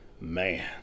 man